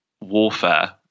warfare